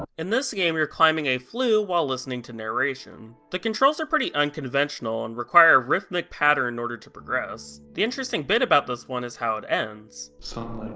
in this game, you're climbing a flue while listening to narration. the controls are pretty unconventional, and require a rhythmic pattern in order to progress. the interesting bit about this one is how it ends. so